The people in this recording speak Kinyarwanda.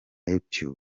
youtube